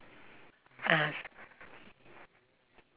(uh huh)